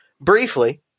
Briefly